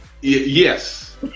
Yes